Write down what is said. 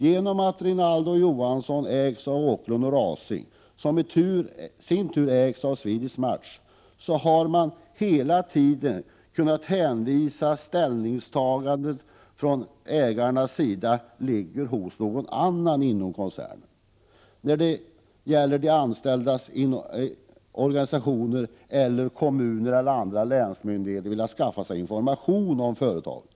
Genom att Rinaldo & Johansson ägs av Åkerlund & Rausing, som i sin tur ägs av Swedish Match, har man hela tiden kunnat hänvisa till att ägarnas ställningstagande ligger hos någon annan inom koncernen. Detta har gällt när de anställdas organisationer, kommunen eller länsmyndigheter velat skaffa information om företaget.